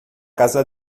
casa